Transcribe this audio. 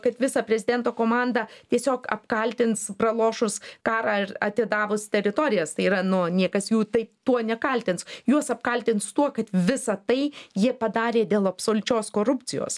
kad visą prezidento komandą tiesiog apkaltins pralošus karą ir atidavus teritorijas tai yra nu niekas jų tai tuo nekaltins juos apkaltins tuo kad visa tai jie padarė dėl absoliučios korupcijos